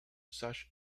such